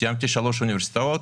סיימתי שלוש אוניברסיטאות.